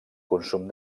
consum